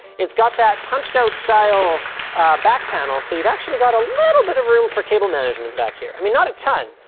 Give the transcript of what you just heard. it's got that punched-out style back panel. so you've actually got a little bit of room for cable management back here. i mean not a ton,